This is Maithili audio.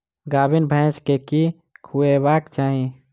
गाभीन भैंस केँ की खुएबाक चाहि?